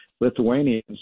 Lithuanians